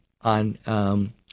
on